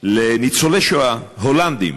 לניצולי שואה הולנדים